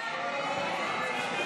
ההצעה